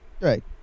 right